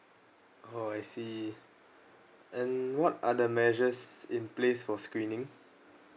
orh I see and what are the measures in place for screening